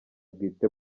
bwite